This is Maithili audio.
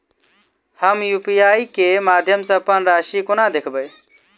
हम यु.पी.आई केँ माध्यम सँ अप्पन राशि कोना देखबै?